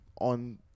on